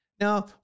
Now